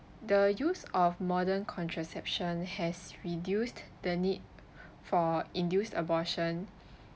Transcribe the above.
the use of modern contraception has reduced the need for induced abortion